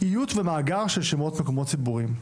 איות ומאגר של שמות מקומות ציבוריים.